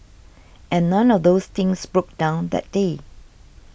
and none of those things broke down that day